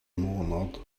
månad